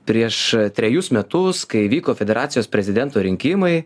prieš trejus metus kai vyko federacijos prezidento rinkimai